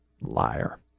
Liar